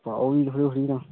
पाओ फ्ही थोह्ड़ी थोह्ड़ी तां